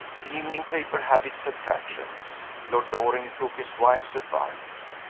the evening paper had its attractions. lord loring took his wife's advice.